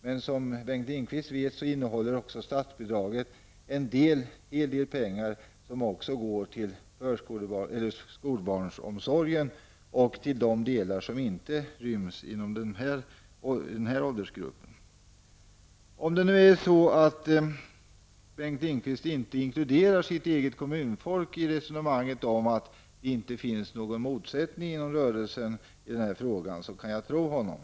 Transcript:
Men som Bengt Lindqvist vet innehåller statsbidraget också en hel del pengar som går till skolbarnomsorgen och till de delar som inte ryms inom denna åldersgrupp. Om Bengt Lindqvist inte inkluderar sitt eget kommunfolk i resonemanget om att det inte finns någon motsättning inom rörelsen i denna fråga, kan jag tro honom.